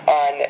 on